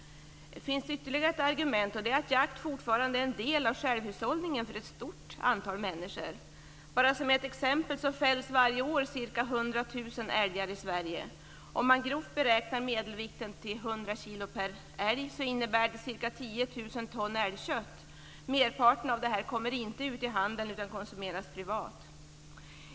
Det finns ytterligare ett argument, och det är att jakt fortfarande är en del av självhushållningen för ett stort antal människor. Jag kan bara som ett exempel nämna att varje år fälls ca 100 000 älgar i Sverige. Om man grovt beräknar medelvikten till 100 kilo per älg innebär det ca 10 000 ton älgkött. Merparten av detta kommer inte ut i handeln utan konsumeras privat.